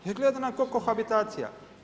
Izgleda nam ko' kohabitacija.